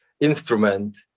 instrument